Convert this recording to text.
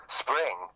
spring